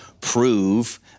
prove